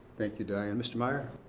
thank you, diana. mr. meyer.